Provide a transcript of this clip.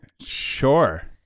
sure